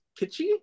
kitschy